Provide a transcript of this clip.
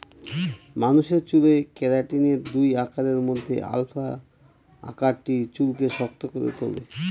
মানুষের চুলে কেরাটিনের দুই আকারের মধ্যে আলফা আকারটি চুলকে শক্ত করে তুলে